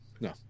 No